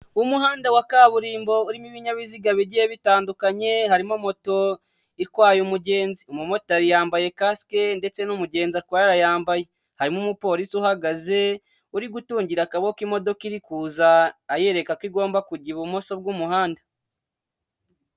Umuhanda wa kaburimbo urimo ibinyabiziga bigiye bitandukanye harimo moto itwaye umugenzi, umumotari yambaye kasike ndetse n'umugenzi atwaye arayambaye, harimo umupolisi uhagaze uri gutungira akaboko imodoka iri kuza ayereka ko igomba kujya ibumoso bw'umuhanda.